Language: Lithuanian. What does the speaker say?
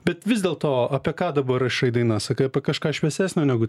bet vis dėl to apie ką dabar rašai dainas sakai apie kažką šviesesnio negu